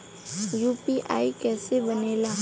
UPI कईसे बनेला?